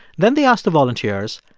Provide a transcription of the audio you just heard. then they asked the volunteers,